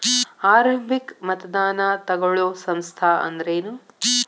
ಆರಂಭಿಕ್ ಮತದಾನಾ ತಗೋಳೋ ಸಂಸ್ಥಾ ಅಂದ್ರೇನು?